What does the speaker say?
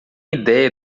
idéia